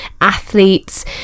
athletes